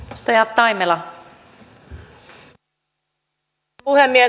arvoisa rouva puhemies